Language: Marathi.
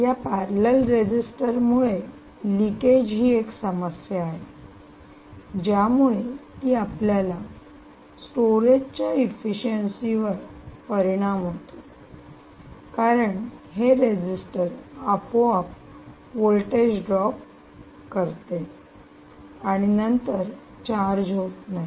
या पॅरेलल रेजिस्टर मुळे लिकेज ही एक समस्या आहे ज्यामुळे जी आपल्याला स्टोरेज च्या इफिशियन्सी वर परिणाम होतो कारण हे रजिस्टर आपोआप व्होल्टेज ड्रॉप करते आणि नंतर चार्ज होत नाही